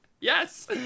Yes